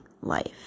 life